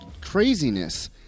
craziness